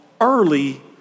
early